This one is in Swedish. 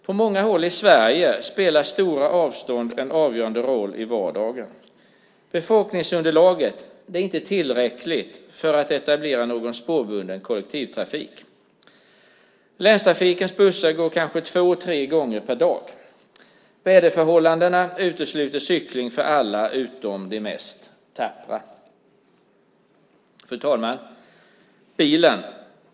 På många håll i Sverige spelar stora avstånd en avgörande roll i vardagen. Befolkningsunderlaget är inte tillräckligt för att etablera spårbunden kollektivtrafik. Länstrafikens bussar går kanske två tre gånger per dag. Väderförhållandena utesluter cykling för alla utom för de tappraste. Fru talman!